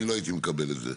אני לא הייתי מקבל את זה.